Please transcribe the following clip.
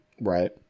right